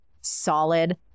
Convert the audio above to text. solid